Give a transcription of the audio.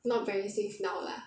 not very safe now lah